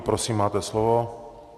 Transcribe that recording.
Prosím, máte slovo.